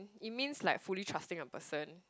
it means like fully trusting a person